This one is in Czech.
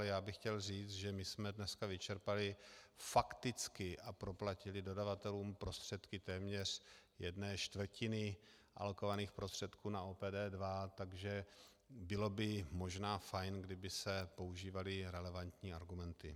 Já bych chtěl říct, že my jsme dneska vyčerpali fakticky a proplatili dodavatelům prostředky téměř jedné čtvrtiny alokovaných prostředků na OPD2, takže bylo by možná fajn, kdyby se používaly relevantní argumenty.